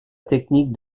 technique